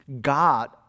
God